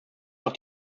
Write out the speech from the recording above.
auch